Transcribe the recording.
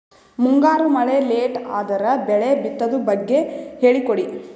ಮುಂಗಾರು ಮಳೆ ಲೇಟ್ ಅದರ ಬೆಳೆ ಬಿತದು ಬಗ್ಗೆ ಹೇಳಿ ಕೊಡಿ?